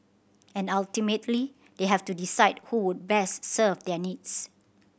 and ultimately they have to decide who would best serve their needs